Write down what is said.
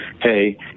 hey